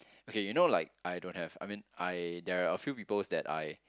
okay you know like I don't have I mean I there're a few people that I